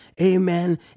Amen